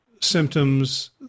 symptoms